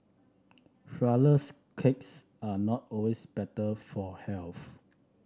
flourless cakes are not always better for health